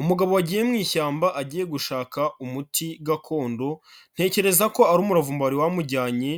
Umugabo wagiye mu ishyamba agiye gushaka umuti gakondo ntekereza ko ari umuravumba wari wamujyanye,